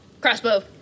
Crossbow